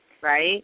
right